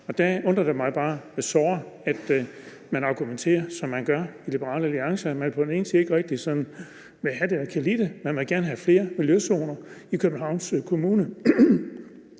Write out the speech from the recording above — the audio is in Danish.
Og der undrer det mig bare såre, at man argumenterer, som man gør i Liberal Alliance; at man på den ene side ikke rigtig sådan vil have det eller kan lide det, men man vil gerne have flere miljøzoner i Københavns Kommune.